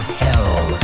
hell